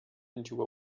into